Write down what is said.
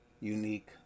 unique